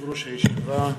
יושב-ראש הישיבה,